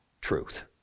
truth